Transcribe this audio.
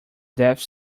death